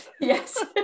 Yes